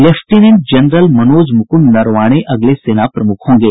lieutenant general Manoj Mukund Naravane अगले सेना प्रमुख होंगे